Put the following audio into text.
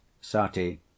Sati